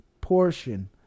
portion